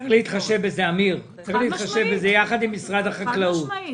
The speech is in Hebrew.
אמיר, צריך להתחשב בזה ביחד עם משרד החקלאות.